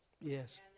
Yes